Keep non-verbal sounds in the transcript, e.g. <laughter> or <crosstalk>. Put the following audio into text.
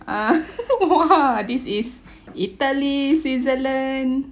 uh <laughs> !wah! this is italy switzerland